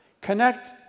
connect